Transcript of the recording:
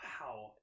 Wow